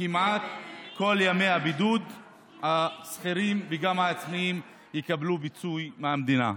שכמעט כל ימי הבידוד השכירים וגם העצמאים יקבלו פיצוי מהמדינה.